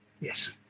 Yes